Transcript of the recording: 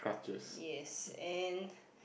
yes and